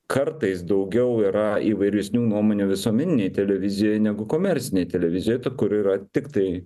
kartais daugiau yra įvairesnių nuomonių visuomeninėj televizijoj negu komercinėj televizijoj kur yra tiktai